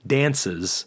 dances